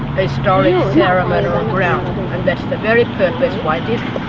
historic ceremonial ground. that's the very purpose why this